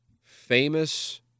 Famous